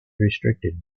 restricted